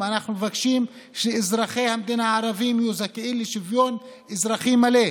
אנחנו מבקשים שאזרחי המדינה הערבים יהיו זכאים לשוויון אזרחי מלא.